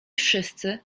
wszyscy